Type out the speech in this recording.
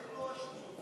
מה זה, איך לא רשמו אותי?